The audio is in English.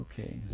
Okay